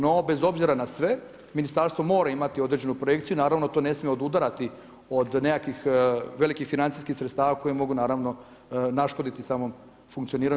No, bez obzira na sve, Ministarstvo mora imati određenu projekciju, naravno to ne smije odudarati, od nekakvih velikih financijskih sredstava koje mogu naravno naškoditi samom funkcioniranju.